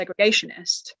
segregationist